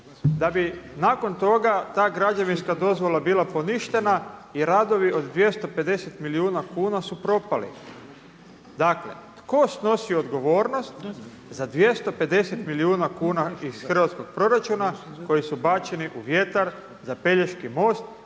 da bi nakon toga ta građevinska dozvola bila poništena i radovi od 250 milijuna kuna su propali? Dakle tko snosi odgovornost za 250 milijuna kuna iz hrvatskih proračuna koji su bačeni u vjetar za Pelješki most